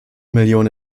millionen